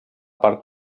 part